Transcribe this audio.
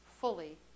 fully